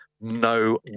no